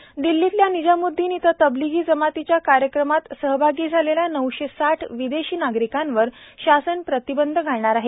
प्रतिबंध एयर दिल्लीतल्या निजाम्द्दीन इथं तबलीगी जमातीच्या कार्यक्रमात सहभागी झालेल्या नऊशे साठ विदेशी नागरिकांवर शासनानं प्रतिबंध घातला आहे